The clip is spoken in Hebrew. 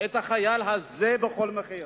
את החייל הזה בכל מחיר.